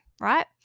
right